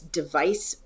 device